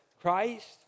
Christ